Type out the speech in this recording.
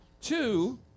two